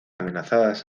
amenazadas